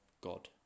god